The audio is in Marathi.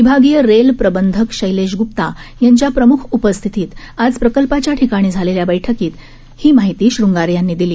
विभागीय रेल प्रबंधक शैलेश गुप्ता यांच्या प्रमुख उपस्थितीत आज प्रकल्पाच्या ठिकाणी झालेल्या बैठकीत ही शंगारे यांनी ही माहिती दिली